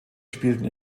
spielten